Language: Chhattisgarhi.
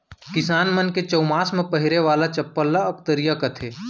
किसान मन के चउमास म पहिरे वाला चप्पल ल अकतरिया कथें